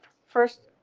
first,